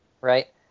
right